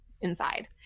inside